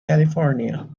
california